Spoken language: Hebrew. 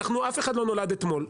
אף אחד לא נולד אתמול,